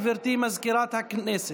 גברתי מזכירת הכנסת.